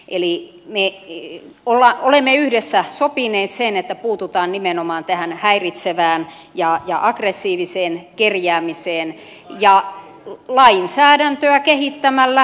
eli me olemme yhdessä sopineet sen että puututaan nimenomaan tähän häiritsevään ja aggressiiviseen kerjäämiseen lainsäädäntöä kehittämällä